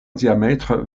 diamètre